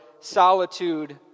solitude